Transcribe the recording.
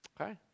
Okay